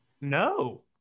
No